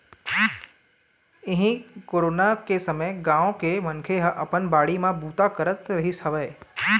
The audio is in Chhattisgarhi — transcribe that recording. इहीं कोरोना के समे गाँव के मनखे ह अपन बाड़ी म बूता करत रिहिस हवय